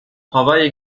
travaille